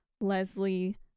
Leslie